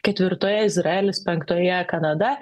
ketvirtoje izraelis penktoje kanada